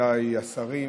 מכובדיי השרים,